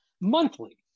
Monthly